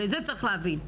ואת זה צריך להבין.